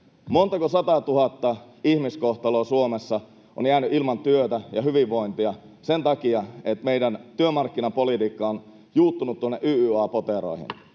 Montako sataatuhatta ihmiskohtaloa Suomessa on jäänyt ilman työtä ja hyvinvointia sen takia, että meidän työmarkkinapolitiikkamme on juuttunut tuonne YYA-poteroihin?